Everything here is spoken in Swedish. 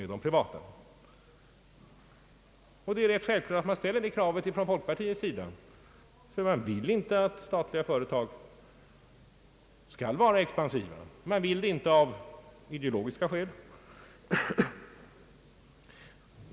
Det är rätt självklart att man ställer detta krav från folkpartiet, ty man vill inte att statliga företag skall vara expansiva. Man vill det inte av ideologiska skäl.